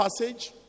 passage